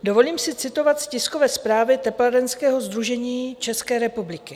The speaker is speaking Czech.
Dovolím si citovat z tiskové zprávy Teplárenského sdružení České republiky: